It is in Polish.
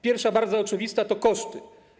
Pierwsza, bardzo oczywista wada to koszty.